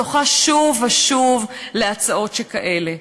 זוכה שוב ושוב להצעות שכאלה,